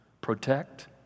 protect